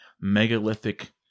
megalithic